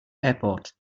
airport